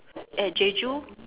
at Jeju